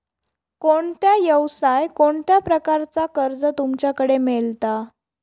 कोणत्या यवसाय कोणत्या प्रकारचा कर्ज तुमच्याकडे मेलता?